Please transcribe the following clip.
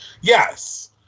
Yes